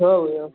हाँ भैया